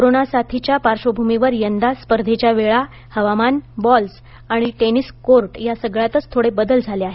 corona साथीच्या पार्श्वभूमीवर यंदा स्पर्धेच्या वेळा हवामान बॉल्स आणि टेनिस कोर्ट या सगळ्यातच थोडे बदल झाले आहेत